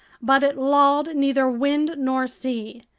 but it lulled neither wind nor sea.